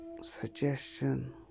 suggestion